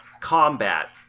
combat